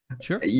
Sure